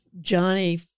Johnny